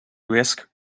risk